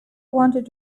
wanted